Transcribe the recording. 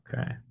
okay